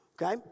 Okay